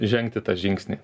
žengti tą žingsnį